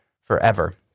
forever